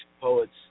poets